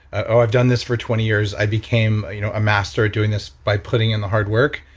ah i've done this for twenty years, i became a you know master doing this by putting in the hard work.